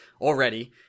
already